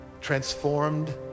transformed